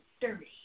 dirty